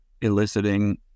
eliciting